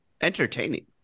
entertaining